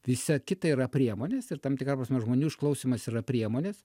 visa kita yra priemonės ir tam tikra prasme žmonių išklausymas yra priemonės